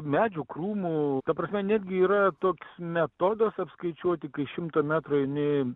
medžių krūmų ta prasme netgi yra toks metodas apskaičiuoti kai šimtą metrų eini